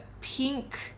pink